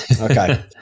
Okay